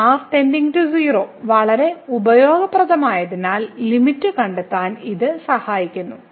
R → 0 വളരെ ഉപയോഗപ്രദമായതിനാൽ limit കണ്ടെത്താൻ ഇത് സഹായിക്കുന്നു